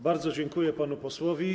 Bardzo dziękuję panu posłowi.